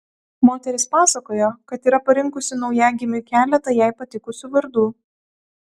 moteris pasakojo kad yra parinkusi naujagimiui keletą jai patikusių vardų